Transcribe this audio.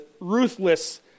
ruthless